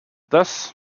thus